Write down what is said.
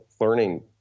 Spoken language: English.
learning